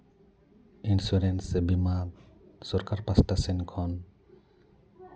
insurance ᱥᱮ ᱵᱤᱢᱟ ᱥᱚᱨᱠᱟᱨ ᱯᱟᱥᱴᱟ ᱥᱮᱱ ᱠᱷᱚᱱ